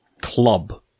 club